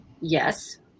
Yes